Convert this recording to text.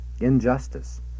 injustice